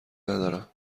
ندارم